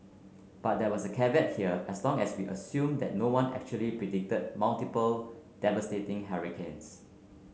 but there was a caveat here as long as we assume that no one actually predicted multiple devastating hurricanes